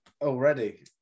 already